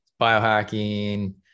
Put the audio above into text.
biohacking